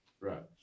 Right